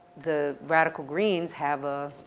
the radical greens have a